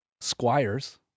squires